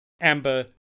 amber